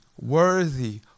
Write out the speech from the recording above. worthy